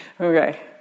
Okay